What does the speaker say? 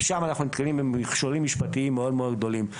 ושם אנחנו נתקלים במכשולים משפטיים מאוד גדולים.